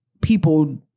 people